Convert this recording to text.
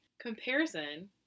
Comparison